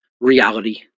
reality